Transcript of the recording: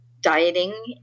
dieting